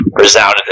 resounded